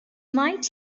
might